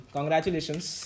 Congratulations